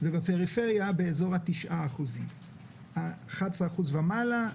ובפריפריה באזור ה- 9%. 11% ומעלה.